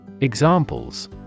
Examples